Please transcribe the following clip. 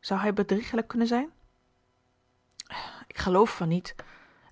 zou hij bedriegelijk kunnen zijn ik geloof van niet